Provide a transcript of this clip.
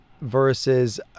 versus